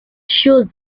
shows